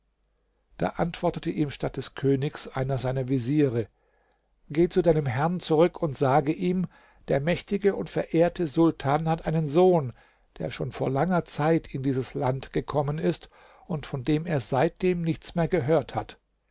da antwortete ihm statt des königs einer seiner veziere geh zu deinem herrn zurück und sage zu ihm der mächtige und verehrte sultan hat einen sohn der schon vor langer zeit in dieses land gekommen ist und von dem er seitdem nichts mehr gehört hat